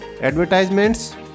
advertisements